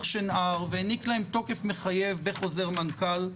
שנהר והעניק להם תוקף מחייב בחוזר מנכ"ל.